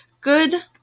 Good